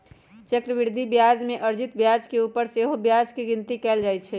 चक्रवृद्धि ब्याज में अर्जित ब्याज के ऊपर सेहो ब्याज के गिनति कएल जाइ छइ